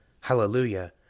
Hallelujah